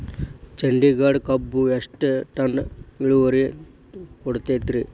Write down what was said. ಚಂದಗಡ ಕಬ್ಬು ಎಷ್ಟ ಟನ್ ಇಳುವರಿ ಕೊಡತೇತ್ರಿ?